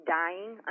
dying